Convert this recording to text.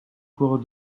cours